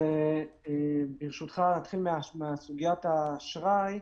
ברשותך, נתחיל בסוגיית האשראי.